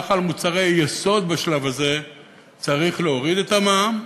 ככה על מוצרי יסוד בשלב הזה צריך להוריד את המע"מ,